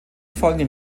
folgenden